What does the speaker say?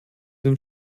den